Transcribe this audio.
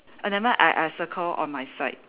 err never mind I I circle on my side